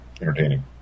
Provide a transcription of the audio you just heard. entertaining